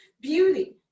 beauty